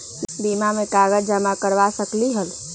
बीमा में कागज जमाकर करवा सकलीहल?